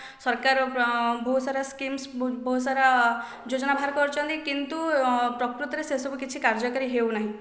ସରକାର ବହୁତ ସାରା ସ୍କିମ୍ସ୍ ବହୁତ ସାରା ଯୋଜନା ବାହାର କରିଛନ୍ତି କିନ୍ତୁ ପ୍ରକୃତରେ ସେ ସବୁ କିଛି କାର୍ଯ୍ୟକାରୀ ହେଉନାହିଁ